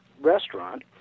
restaurant